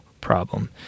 problem